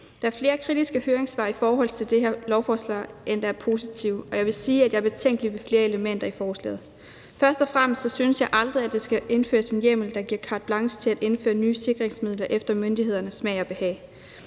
Der er flere kritiske høringssvar i forhold til det her lovforslag, end der er positive, og jeg vil sige, at jeg er betænkelig ved flere elementer i forslaget. Først og fremmest synes jeg aldrig, at der skal indføres en hjemmel, der giver carte blanche til at indføre nye sikringsmidler efter myndighedernes smag og behag.